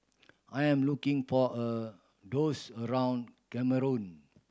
I'm looking for a lose around Cameroon